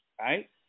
Right